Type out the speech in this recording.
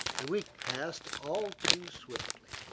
the week passed all too swiftly,